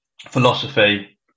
philosophy